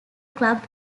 club